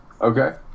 Okay